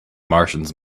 martians